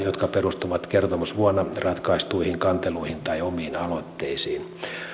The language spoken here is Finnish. jotka perustuvat kertomusvuonna ratkaistuihin kanteluihin tai omiin aloitteisiin